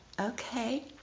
okay